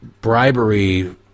bribery